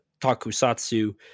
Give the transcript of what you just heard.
Takusatsu